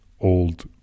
old